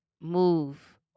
move